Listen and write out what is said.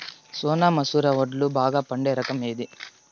సోనా మసూర వడ్లు బాగా పండే రకం ఏది